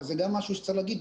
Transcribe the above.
זה גם משהו שצריך להגיד,